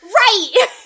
Right